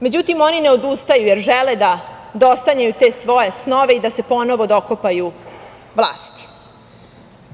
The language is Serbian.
Međutim, oni ne odustaju jer žele da dosanjaju te svoje snove i da se ponovo dokopaju vlasti.